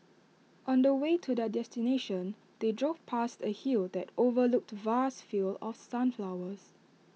on the way to their destination they drove past A hill that overlooked vast fields of sunflowers